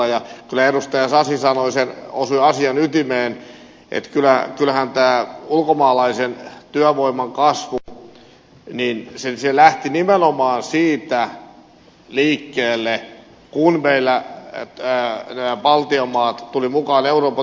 kyllä edustaja sasi osui asian ytimeen että kyllähän tämä ulkomaalaisen työvoiman kasvu lähti nimenomaan siitä liikkeelle kun nämä baltian maat tulivat mukaan euroopan unioniin